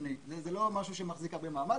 זה לא משהו שמחזיק הרבה מעמד.